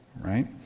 right